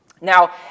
Now